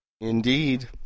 indeed